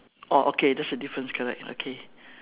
orh okay that's a difference correct okay